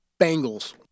Bengals